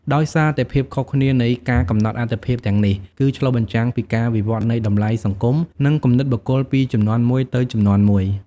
ដោយសារតែភាពខុសគ្នានៃការកំណត់អាទិភាពទាំងនេះ គឺឆ្លុះបញ្ចាំងពីការវិវត្តន៍នៃតម្លៃសង្គម និងគំនិតបុគ្គលពីជំនាន់មួយទៅជំនាន់មួយ។